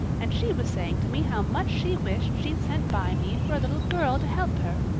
and she was saying to me how much she wished she'd sent by me for a little girl to help her.